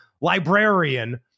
librarian